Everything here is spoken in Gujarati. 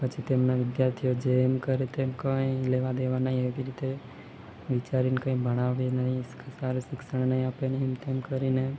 પછી તેમના વિદ્યાર્થીઓ જેમ કરે તે કંઈ લેવા દેવા નહીં એવી રીતે વિચારીને કંઈ ભણાવે નહીં સારું શિક્ષણ નહીં આપેને એમ તેમ કરીને